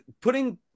putting